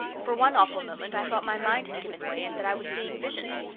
for one awful moment i thought my mind had given way and that i was seeing visions.